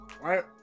right